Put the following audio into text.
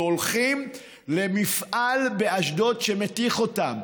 שהולכות למפעל באשדוד שמתיך אותן.